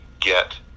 get